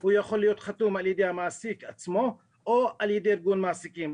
יכול להיות חתום על ידי המעסיק עצמו או על ידי ארגון מעסיקים.